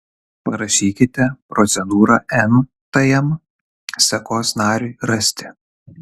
parašykite procedūrą n tajam sekos nariui rasti